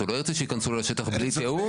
הוא לא ירצה שייכנסו לו לשטח בלי תיאום